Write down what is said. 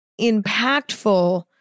impactful